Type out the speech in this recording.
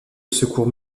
secours